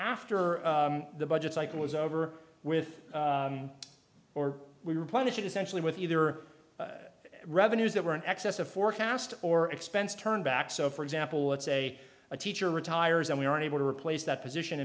after the budget cycle was over with or we replenish it essentially with either revenues that were in excess of forecast or expense turned back so for example let's say a teacher retires and we are able to replace that position